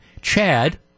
Chad